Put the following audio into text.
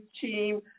team